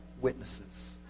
witnesses